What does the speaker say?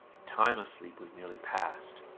the time of sleep was nearly passed.